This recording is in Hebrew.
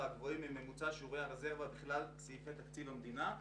הגבוהים מממוצע שיעורי הרזרבה בכלל סעיפי תקציב המדינה.